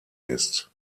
ist